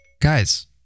guys